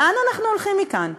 לאן אנחנו הולכים מכאן,